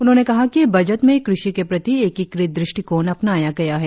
उन्होंने कहा कि बजट में कृषि के प्रति एकीकृत दृष्टिकोण अपनाया गया है